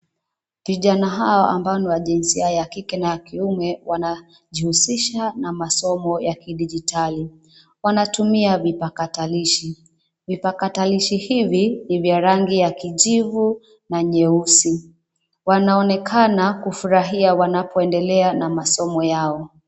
Vijana hawa ambao ni wa jinsia ya kike na kiume wana, jihusisha na masomo ya kidijitali. Wanatumia vipakatalishi. Vipakatalishi hivi ni vya rangi ya kijivu, na nyeusi, Wanaonekana kufurahia wanapoendelea na masomo yao.